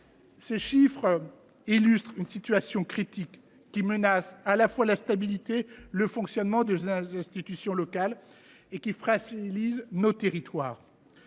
Ces chiffres illustrent une situation critique qui menace à la fois la stabilité et le fonctionnement de nos institutions locales, fragilisant nos territoires.